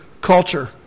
culture